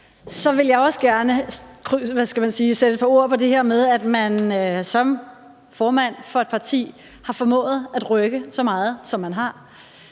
så vil jeg også gerne sætte et par ord på det her med, at man som formand for et parti har formået at rykke så meget, som man har.